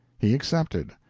he accepted.